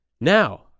Now